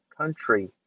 country